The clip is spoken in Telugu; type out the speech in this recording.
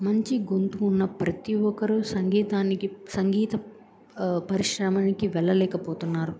మంచి గొంతుకు ఉన్న ప్రతి ఒక్కరు సంగీతానికి సంగీత పరిశ్రమకి వెళ్ళలేకపోతున్నారు